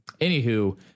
anywho